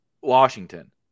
Washington